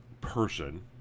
person